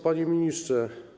Panie Ministrze!